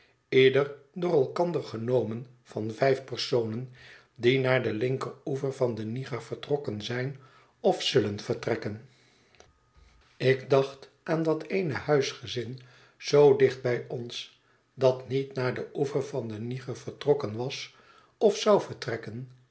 ieder door elkander genomen van vijf personen die naar den linkeroever van den niger vertrokken zijn of zullen vertrekken ik dacht aan dat eene huisgezin zoo dicht bij ons dat niet naar den oever van den niger vertrokken was of zou vertrekken